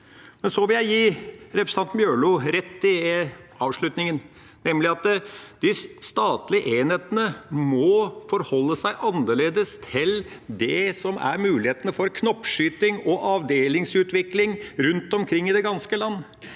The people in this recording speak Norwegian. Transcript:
Så vil jeg gi representanten Bjørlo rett i avslutningen, nemlig at de statlige enhetene må forholde seg annerledes til det som er mulighetene for knoppskyting og avdelingsutvikling rundt omkring i det ganske land.